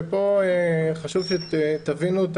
חשוב שתבינו,